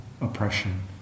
oppression